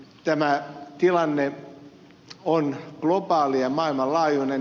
tämä tilanne on globaali ja maailmanlaajuinen